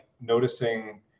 noticing